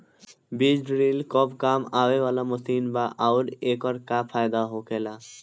बीज ड्रील कब काम आवे वाला मशीन बा आऊर एकर का फायदा होखेला?